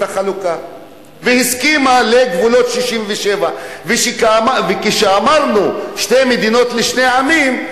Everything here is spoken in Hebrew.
החלוקה והסכימה לגבולות 67'. כשאמרנו "שתי מדינות לשני עמים",